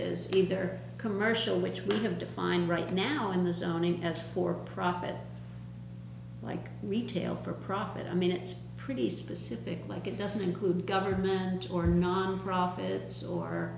is either commercial which we have defined right now in the zoning as for profit like retail for profit i mean it's pretty specific like it doesn't include government or non profits or